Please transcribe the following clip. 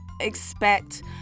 expect